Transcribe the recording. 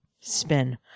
Spin